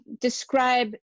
describe